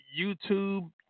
youtube